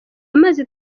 amazi